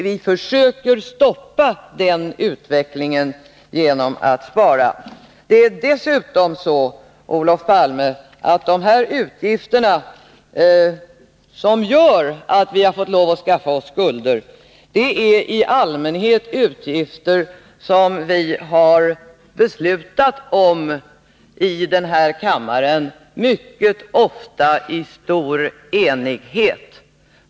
Vi försöker stoppa den utvecklingen genom att spara. Det är dessutom så, Olof Palme, att de utgifter för vilka vi har fått skaffa oss skulder till stor del är sådana som vi har beslutat om i den här kammaren, mycket ofta i stor enighet.